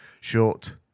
short